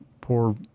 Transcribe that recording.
poor